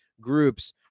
groups